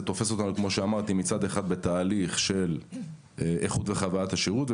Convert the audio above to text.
כמו שאמרתי זה תופס אותנו מצד אחד בתהליך של איכות וחווית השירות,